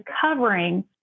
covering